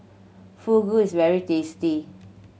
fugu is very tasty